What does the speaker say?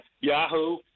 Yahoo